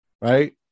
right